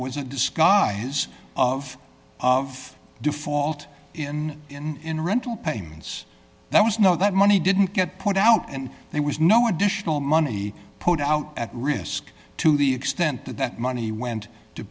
a disguise of of default in and rental payments there was no that money didn't get put out and there was no additional money put out at risk to the extent that that money went to